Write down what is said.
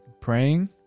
praying